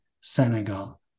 Senegal